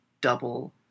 double